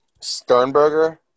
Sternberger